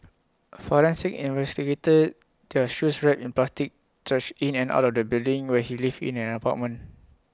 forensic investigators their shoes wrapped in plastic trudged in and out of the building where he lived in an apartment